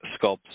sculpts